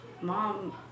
mom